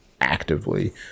actively